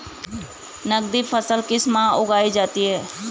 नकदी फसल किस माह उगाई जाती है?